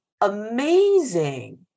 amazing